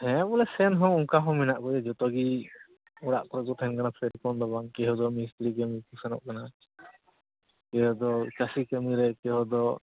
ᱦᱮᱸ ᱵᱚᱞᱮ ᱥᱮᱱ ᱦᱚᱸ ᱚᱱᱠᱟ ᱦᱚᱸ ᱢᱮᱱᱟᱜ ᱠᱚᱣᱟ ᱡᱚᱛᱚ ᱜᱮ ᱚᱲᱟᱜ ᱠᱚᱨᱮ ᱠᱚ ᱛᱟᱦᱮᱱ ᱠᱟᱱᱟ ᱥᱮᱨᱚᱠᱚᱢ ᱫᱚ ᱵᱟᱝ ᱠᱮᱣ ᱫᱚ ᱢᱤᱥᱛᱨᱤ ᱠᱟᱹᱢᱤ ᱠᱚ ᱥᱮᱱᱚᱜ ᱠᱟᱱᱟ ᱠᱮᱣ ᱦᱚᱲ ᱫᱚ ᱪᱟᱹᱥᱤ ᱠᱟᱹᱢᱤ ᱨᱮ ᱠᱮᱣ ᱦᱚᱲ ᱫᱚ